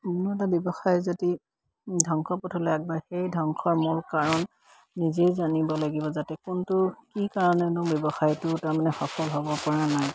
কোনো এটা ব্যৱসায় যদি ধ্বংস পথলৈ আগবাঢ়ে সেই ধ্বংসৰ মূল কাৰণ নিজেই জানিব লাগিব যাতে কোনটো কি কাৰণেনো ব্যৱসায়টো তাৰমানে সফল হ'ব পৰা নাই